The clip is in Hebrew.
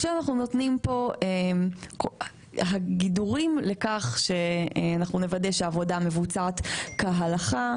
כשאנחנו נותנים פה גידורים לכך שאנחנו נוודא שהעבודה מבוצעת כהלכה,